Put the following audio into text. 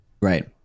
Right